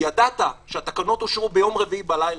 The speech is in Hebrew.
ידעת שהתקנות אושרו ביום רביעי בלילה.